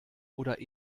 oder